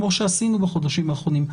כמו שעשינו בחודשים האחרונים,